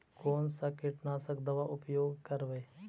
कोन सा कीटनाशक दवा उपयोग करबय?